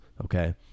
Okay